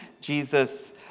Jesus